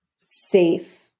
safe